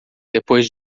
depois